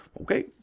okay